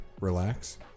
relax